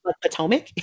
Potomac